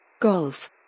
golf